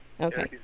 Okay